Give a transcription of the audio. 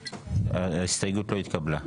ההסתייגות לא התקבלה.